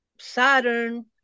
Saturn